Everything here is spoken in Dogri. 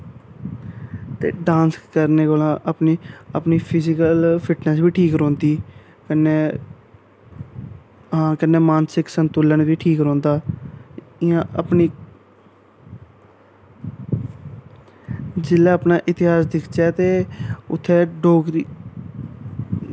ते डांस करने कोला अपनी अपनी फिज़िकल फिट्टनस बी ठीक रौंह्दी कन्नै हां कन्नै मानसक संतुलन बी ठीक रौंह्दा इ'यां अपनी जेल्लै अपना इतिहास दिखचै ते उत्थैं डोगरी